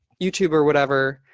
youtube or whatever,